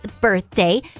birthday